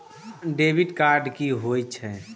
Debit card कि होई छै?